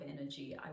energy